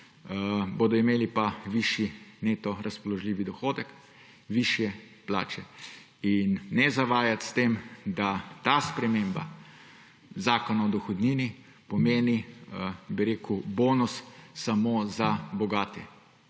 bodo imeli pa višji neto razpoložljivi dohodek, višje plače. Ne zavajati s tem, da ta sprememba Zakona o dohodnini pomeni bonus samo za bogate.